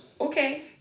Okay